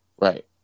Right